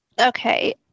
Okay